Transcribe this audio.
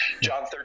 John